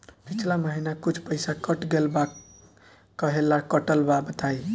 पिछला महीना कुछ पइसा कट गेल बा कहेला कटल बा बताईं?